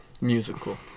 musical